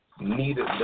needed